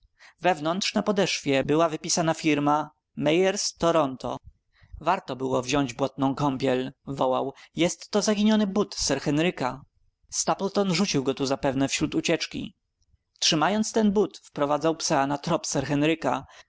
na podeszwie była wypisana firma meyers toronto warto było wziąć błotną kąpiel wołał jest to zaginiony but sir henryka stapleton rzucił go tu zapewne wśród ucieczki niewątpliwie trzymając ten but wprowadzał psa na trop sir henryka